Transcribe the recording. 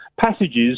Passages